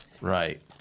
Right